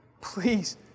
Please